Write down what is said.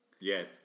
yes